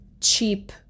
cheap